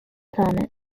climate